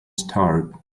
start